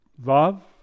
love